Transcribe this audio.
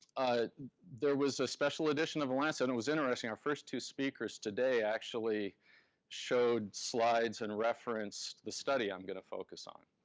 there was a special edition of lancet, and it was interesting, our first two speakers today actually showed slides and referenced the study i'm gonna focus on.